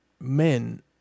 men